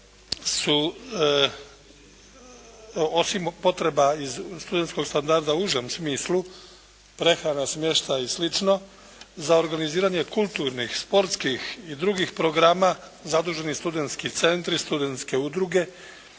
su osim potreba iz studentskog standarda u užem smislu prehrana, smještaj i slično za organiziranje kulturnih, sportskih i drugih programa zaduženi studentski centri, studentske udruge